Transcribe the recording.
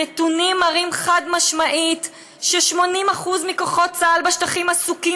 הנתונים מראים חד-משמעית ש-80% מכוחות צה"ל בשטחים עסוקים